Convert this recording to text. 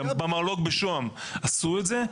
במרלו"ג בשוהם עשו את זה.